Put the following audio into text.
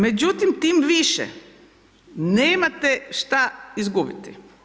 Međutim, tim više nemate šta izgubiti.